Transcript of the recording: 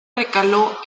recaló